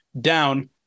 down